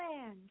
land